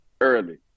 early